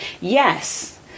yes